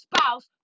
spouse